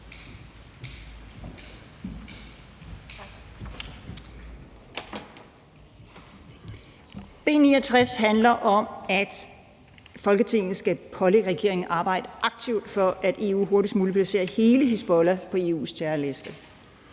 B 69 handler om, at Folketinget skal pålægge regeringen at arbejde aktivt for, at EU hurtigst muligt placerer hele Hizbollah på EU's terrorliste,